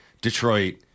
Detroit